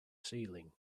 ceiling